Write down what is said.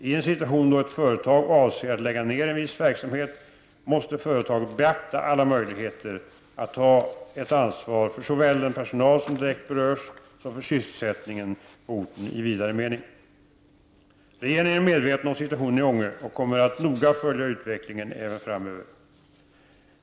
I en situation då ett företag avser att lägga ned en viss verksamhet måste företaget beakta alla möjligheter att ta ett ansvar för såväl den personal som direkt berörs som för sysselsättningen på orten i vidare mening. Re geringen är medveten om situationen i Ånge och kommer att noga följa utvecklingen även framöver.